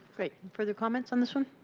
for the comments on this one?